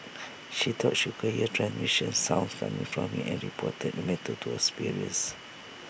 she thought she could hear transmission sounds coming from him and reported the matter to her superiors